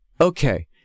Okay